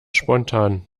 spontan